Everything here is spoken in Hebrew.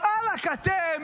ואלכ אתם,